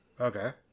Okay